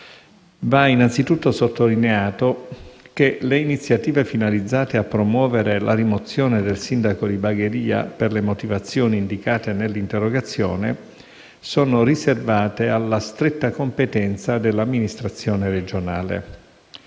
Va innanzi tutto sottolineato che le iniziative finalizzate a promuovere la rimozione del sindaco di Bagheria, per le motivazioni indicate nell'interrogazione, sono riservate alla stretta competenza dell'amministrazione regionale.